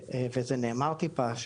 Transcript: וזה נאמר טיפה,